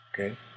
Okay